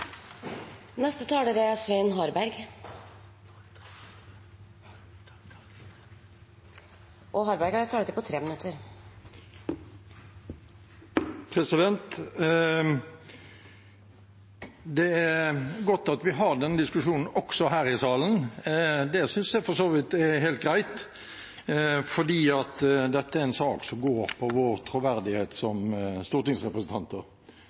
godt at vi har denne diskusjonen, også her i salen. Det synes jeg for så vidt er helt greit fordi dette er en sak som går på vår